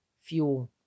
fuel